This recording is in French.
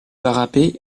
parapet